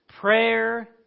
Prayer